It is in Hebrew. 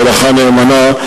מלאכה נאמנה.